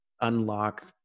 unlock